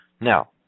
Now